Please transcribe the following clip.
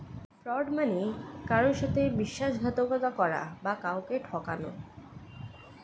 fraud মানে কারুর সাথে বিশ্বাসঘাতকতা করা বা কাউকে ঠকানো